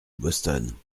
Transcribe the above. boston